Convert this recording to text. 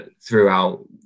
throughout